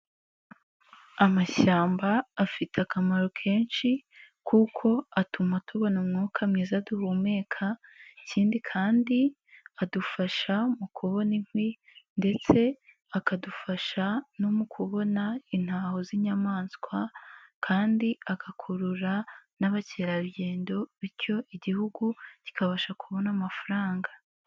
Amashyamba afite akamaro kenshi kuko atuma tubona umwuka mwiza duhumeka, ikindi kandi adufasha mu kubona inkwi ndetse akadufasha no mu kubona intaho z'inyamaswa kandi agakurura n'abakerarugendo bityo igihugu kikabasha kubona amafaranga.